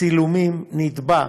צילומים, נתבע,